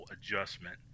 adjustment